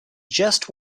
just